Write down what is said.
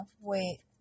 wait